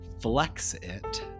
Flexit